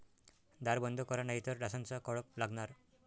दार बंद करा नाहीतर डासांचा कळप लागणार